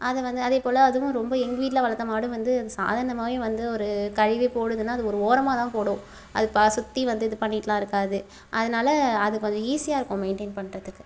அதை வந்து அதேப்போல் அதுவும் ரொம்ப எங்கள் வீட்டில் வளர்த்த மாடும் வந்து அது சாதாரணமாகவே வந்து ஒரு கழிவே போடுதுன்னா அது ஒரு ஓரமாக தான் போடும் அது ப சுற்றி வந்து இது பண்ணியிட்டுலாம் இருக்காது அதனால அது கொஞ்சம் ஈசியாக இருக்கும் மெய்ன்டைன் பண்ணுறதுக்கு